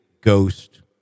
ghost